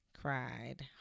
cried